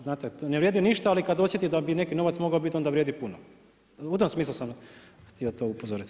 Znate, ne vrijedi ništa, ali kad osjeti da bi neki novac mogao biti, onda vrijedi puno, u tom smislu sam htio to upozoriti.